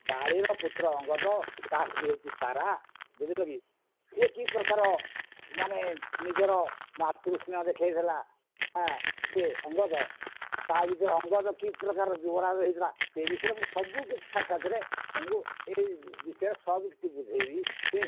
ବାଳିର ପୁତ୍ର ଅଙ୍ଗଦ ତା ସ୍ତ୍ରୀ ହେଉଛି ତାରା ବୁଝିଲ କି ସେ କି ପ୍ରକାର ମାନେ ନିଜର ମାତୃଷ୍ଣା ଦେଖାଇଥିଲା ସିଏ ଅଙ୍ଗଦ ତା ଭିତରେ ଅଙ୍ଗଦ କିପ୍ରକାର ଯୁବରାଜ ହୋଇଥିଲା ସେ ବିଷୟରେ ମୁଁ ସବୁକିଛି ସାକ୍ଷାତରେ ତୁମକୁ ଏ ବିଷୟରେ ସବୁକିଛି ବୁଝେଇବି